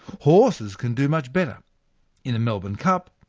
horses can do much better in the melbourne cup,